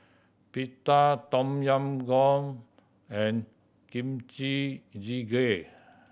Pita Tom Yam Goong and Kimchi Jjigae